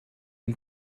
een